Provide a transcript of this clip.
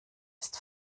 ist